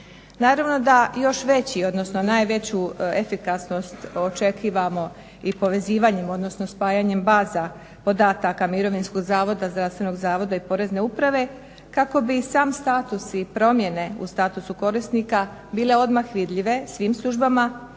Naravno da još veću odnosno najveću efikasnost očekujemo i povezivanjem odnosno spajanjem baza podataka Mirovinskog zavoda, Zdravstvenog zavoda i Porezne uprave kako bi sam status i promjene u statusu korisnika bile odmah vidljive svim službama